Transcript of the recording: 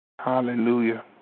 Hallelujah